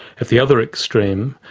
at the other extreme,